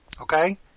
Okay